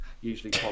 usually